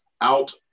out